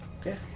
Okay